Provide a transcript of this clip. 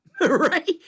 right